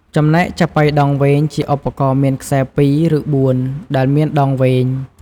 ចំណែកចាប៉ីដងវែង ជាឧបករណ៍មានខ្សែពីរ ឬបួន ដែលមានដងវែង។